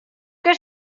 que